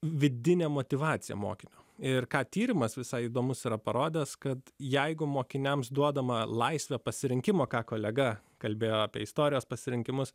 vidinė motyvacija mokinio ir ką tyrimas visai įdomus yra parodęs kad jeigu mokiniams duodama laisvą pasirinkimą ką kolega kalbėjo apie istorijos pasirinkimus